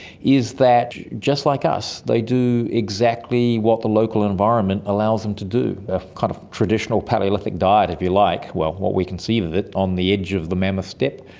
is that just like us they do exactly what the local environment allows them to do, a kind of traditional palaeolithic diet if you like, well, what we conceive of it, on the edge of the mammoth steppe,